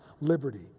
liberty